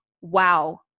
wow